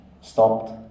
stopped